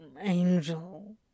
angel